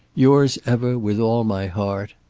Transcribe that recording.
yours ever, with all my heart.